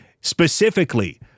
specifically